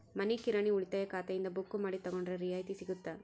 ಮನಿ ಕಿರಾಣಿ ಉಳಿತಾಯ ಖಾತೆಯಿಂದ ಬುಕ್ಕು ಮಾಡಿ ತಗೊಂಡರೆ ರಿಯಾಯಿತಿ ಸಿಗುತ್ತಾ?